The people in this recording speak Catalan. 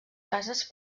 cases